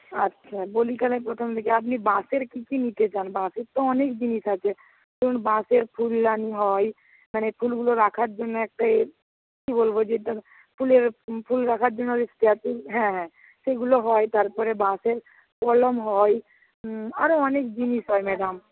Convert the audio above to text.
আচ্ছা বলি তাহলে প্রথম থেকে আপনি বাঁশের কী কী নিতে চান বাঁশের তো অনেক জিনিস আছে ধরুন বাঁশের ফুলদানি হয় মানে ফুলগুলো রাখার জন্যে একটা এ কি বলবো যেটা ফুলের ফুল রাখার জন্য যে স্ট্যাচু হ্যাঁ হ্যাঁ সেগুলো হয় তারপরে বাঁশের কলম হয় আরও অনেক জিনিস হয় ম্যাডাম